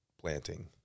planting